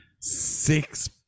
six